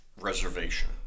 reservation